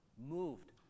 moved